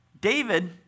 David